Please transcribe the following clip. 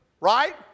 Right